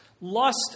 Lust